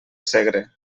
segre